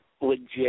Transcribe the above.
legit